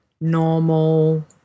normal